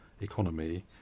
economy